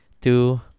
two